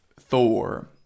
Thor